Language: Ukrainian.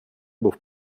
був